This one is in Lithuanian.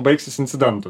baigsis incidentu